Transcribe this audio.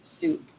soup